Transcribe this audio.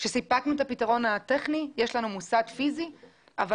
כשסיפקנו את הפתרון הטכני יש לנו מוסד פיזי אבל